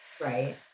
Right